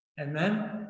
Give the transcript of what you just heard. Amen